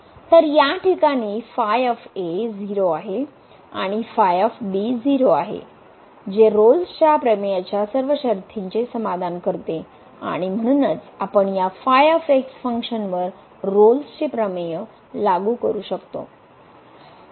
तर या ठिकाणी ϕ 0 आहे आणि ϕ 0 आहे जे रोल्सच्या प्रमेयच्या सर्व शर्तींचे समाधान करते आणि म्हणूनच आपण या फंक्शनवर रोल्सचे प्रमेय लागू करू शकतो